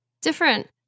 different